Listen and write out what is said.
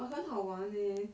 but 很好玩 eh